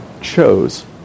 chose